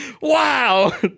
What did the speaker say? wow